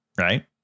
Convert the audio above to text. right